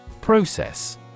Process